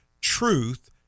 truth